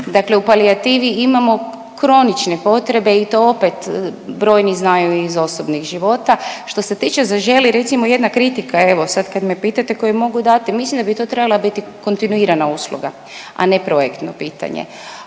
Dakle u palijativi imamo kronične potrebe i to opet brojni znaju iz osobnih života. Što se tiče „Zaželi“ recimo jedna kritika evo sad kad me pitate koju mogu dati, mislim da bi to trebala biti kontinuirana usluga, a ne projektno pitanje.